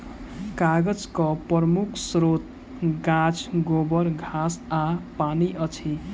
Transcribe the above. कागजक प्रमुख स्रोत गाछ, गोबर, घास आ पानि अछि